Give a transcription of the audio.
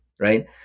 right